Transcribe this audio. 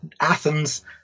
Athens